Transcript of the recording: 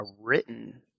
written